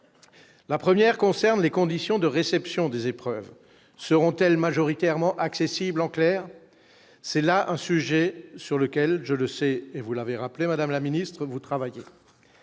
la première concerne les conditions de réception des épreuves seront-elles majoritairement accessible en clair, c'est là un sujet sur lequel je le sais et vous l'avez rappelé : Madame la Ministre, vous travaillez,